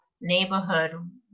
neighborhood